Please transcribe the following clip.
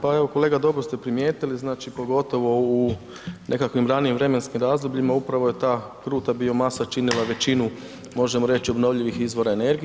Pa evo kolega dobro ste primijetili znači pogotovo u nekakvim ranijim vremenskim razdobljima upravo je ta kruta masa činila većinu možemo reći obnovljivih izvora energije.